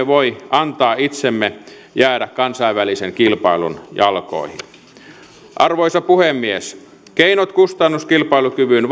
voi antaa itsemme jäädä kansainvälisen kilpailun jalkoihin arvoisa puhemies keinot kustannuskilpailukyvyn